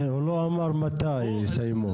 כן, הוא לא אמר מתי יסיימו.